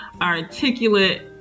articulate